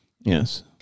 yes